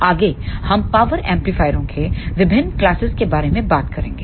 आगे हम पावर एम्पलीफायरों के विभिन्न क्लासेस के बारे में बात करेंगे